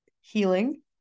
healing